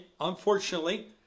unfortunately